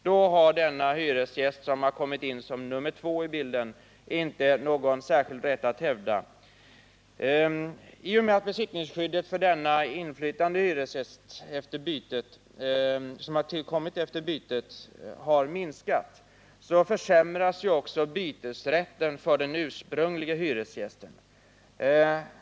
Då harden hyresgäst som har kommit in i bilden som nr 2 inte någon särskild rätt att hävda. I och med att besittningsskyddet för den efter bytet inflyttade hyresgästen har minskat försämras ju också bytesrätten för den ursprunglige hyresgästen.